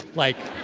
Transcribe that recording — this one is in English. like,